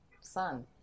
Son